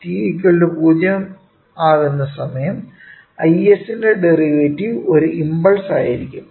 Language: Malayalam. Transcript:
t0 ആകുന്ന സമയം Is ന്റെ ഡെറിവേറ്റീവ് ഒരു ഇമ്പൾസ് ആയിരിക്കും